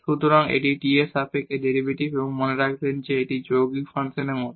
সুতরাং এটি টি এর সাপেক্ষে ডেরিভেটিভ এবং মনে রাখবেন এটি যৌগিক ফাংশনের মতো